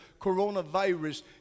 coronavirus